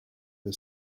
the